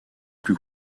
plus